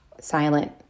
silent